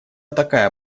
такая